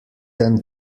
than